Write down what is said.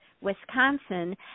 Wisconsin